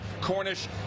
Cornish